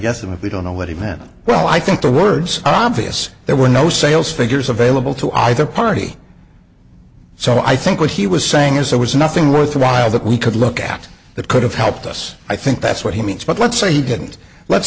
them if we don't know what he meant well i think the words are obvious there were no sales figures available to either party so i think what he was saying is there was nothing worthwhile that we could look at that could have helped us i think that's what he means but let's say